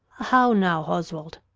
how now, oswald?